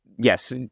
yes